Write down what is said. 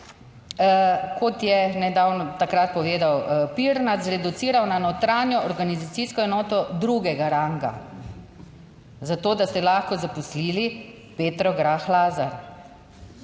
kot je nedavno takrat povedal Pirnat, zreduciral na notranjo organizacijsko enoto drugega ranga zato, da ste lahko zaposlili Petro Grah Lazar.